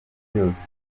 byose